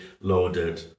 loaded